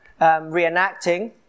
reenacting